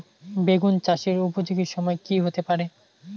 বেগুন চাষের উপযোগী সময় কি হতে পারে?